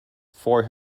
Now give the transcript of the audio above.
for